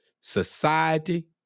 society